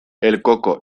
elkoko